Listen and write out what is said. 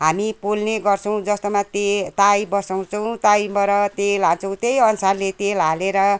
हामी पोल्ने गर्छौँ जस्तोमा ते ताई बसाउँछौँ ताईबाट तेल हाल्छौँ त्यही अनुसारले तेल हालेर